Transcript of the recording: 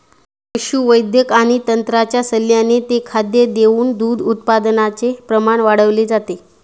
पशुवैद्यक आणि तज्ञांच्या सल्ल्याने ते खाद्य देऊन दूध उत्पादनाचे प्रमाण वाढवले जाते